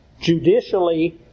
judicially